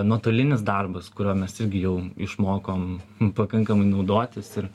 nuotolinis darbas kuriuo mes irgi jau išmokom pakankamai naudotis ir